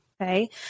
Okay